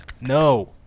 No